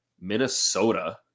Minnesota